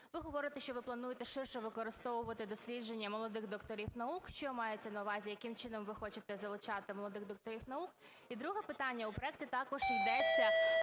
Ви говорите, що ви плануєте ширше використовувати дослідження молодих докторів наук. Що мається на увазі, яким чином ви хочете залучати молодих докторів наук? І друге питання. У проекті також йдеться